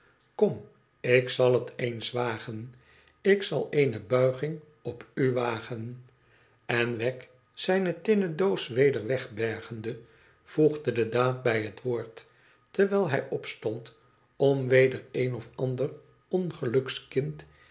kom ik zal het eens wagen ik zal eene buiging op u wagen en wegg zijne tinnen doos weder wegbergende voegde de daad bij het woord terwijl hij opstond om weder een of ander ongelukskind